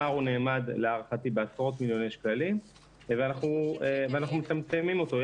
הפער נאמד להערכתי בעשרות מיליוני שקלים ואנחנו מצמצמים אותו.